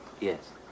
Yes